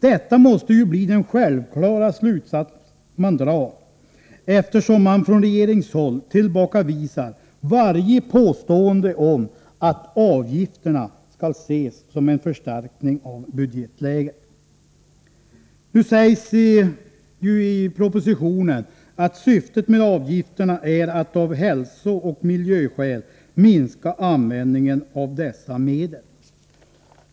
Det måste bli den självklara slutsatsen, eftersom man från regeringshåll tillbakavisar varje påstående om att avgifterna skall ses som en förstärkning av budgetläget. Nu sägs i propositionen att syftet med avgifterna är att av hälsooch miljöskäl minska användningen av gödseloch bekämpningsmedel.